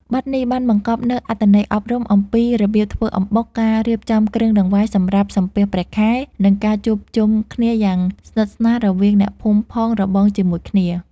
បទនេះបានបង្កប់នូវអត្ថន័យអប់រំអំពីរបៀបធ្វើអំបុក ការរៀបចំគ្រឿងដង្វាយសម្រាប់សំពះព្រះខែ និងការជួបជុំគ្នាយ៉ាងស្និទ្ធស្នាលរវាងអ្នកភូមិផងរបងជាមួយគ្នា។